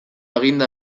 eginda